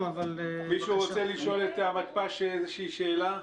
הכנסת רוצה לשאול את המתפ"ש איזושהי שאלה?